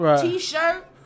T-shirt